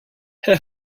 herr